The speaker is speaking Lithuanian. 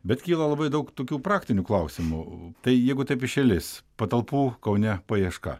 bet kyla labai daug tokių praktinių klausimų tai jeigu taip iš eilės patalpų kaune paieška